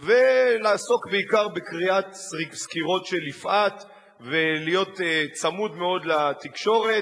ולעסוק בעיקר בקריאת סקירות של "יפעת" ולהיות צמוד מאוד לתקשורת,